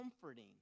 comforting